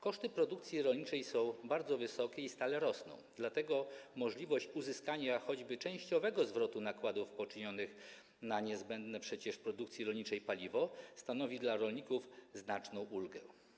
Koszty produkcji rolniczej są bardzo wysokie i stale rosną, dlatego możliwość uzyskania choćby częściowego zwrotu nakładów poczynionych na niezbędne przecież w produkcji rolniczej paliwo stanowi dla rolników znaczną ulgę.